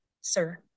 sir